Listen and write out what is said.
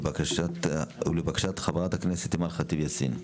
ולבקשת חברת הכנסת אימאן ח'טיב יאסין.